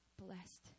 blessed